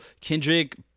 Kendrick